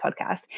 podcast